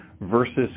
versus